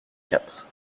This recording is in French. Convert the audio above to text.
quatre